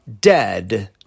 dead